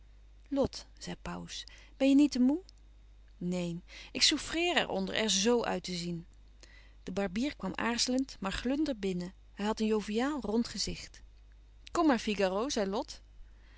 lot zei pauws ben je niet te moê neen ik souffreer er onder er z uit te zien de barbier kwam aarzelend maar glunder binnen hij had een joviaal rond gezicht kom maar figaro zei lot